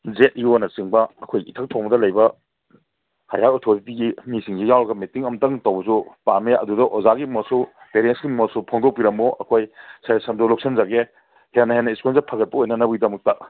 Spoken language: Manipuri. ꯖꯦꯠ ꯏ ꯑꯣꯅꯆꯤꯡꯕ ꯑꯩꯈꯣꯏꯒꯤ ꯏꯊꯛ ꯊꯣꯡꯕꯗ ꯂꯩꯕ ꯍꯥꯏꯌꯥꯔ ꯑꯣꯊꯣꯔꯤꯇꯤꯒꯤ ꯃꯤꯁꯤꯡꯁꯨ ꯌꯥꯎꯔꯒ ꯃꯤꯇꯤꯡ ꯑꯃꯇꯪ ꯇꯧꯕꯁꯨ ꯄꯥꯝꯃꯤ ꯑꯗꯨꯗ ꯑꯣꯖꯥꯒꯤ ꯃꯣꯠꯁꯨ ꯄꯦꯔꯦꯟꯁꯀꯤ ꯃꯣꯠꯁꯨ ꯐꯣꯡꯗꯣꯛꯄꯤꯔꯝꯃꯨ ꯑꯩꯈꯣꯏ ꯁꯖꯦꯁꯟꯗꯨ ꯂꯧꯁꯟꯖꯒꯦ ꯍꯦꯟꯅ ꯍꯦꯟꯅ ꯁ꯭ꯀꯨꯜꯁꯦ ꯐꯒꯠꯄ ꯑꯣꯏꯅꯅꯕꯒꯤꯗꯃꯛꯇ